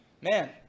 man